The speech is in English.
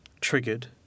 triggered